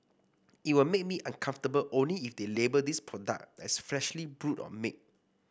it will make me uncomfortable only if they label these product as freshly brewed or made